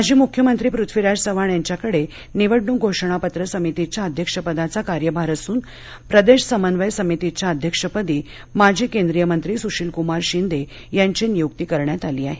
माजी मुख्यमंत्री पृथ्वीराज चव्हाण यांच्याकडे निवडणूक घोषणापत्र समितीच्या अध्यक्षपदाचा कार्यभार असून प्रदेश समन्वय समितीच्या अध्यक्षपदी माजी केंद्रीय मंत्री स्शीलक्मार शिंदे यांची नियुक्ती करण्यात आली आहे